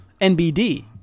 NBD